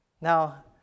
Now